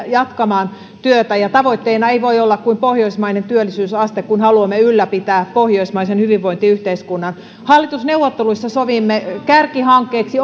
jatkamaan työtä ja tavoitteena ei voi olla kuin pohjoismainen työllisyysaste kun haluamme ylläpitää pohjoismaisen hyvinvointiyhteiskunnan hallitusneuvotteluissa sovimme kärkihankkeeksi